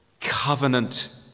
covenant